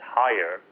higher